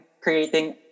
creating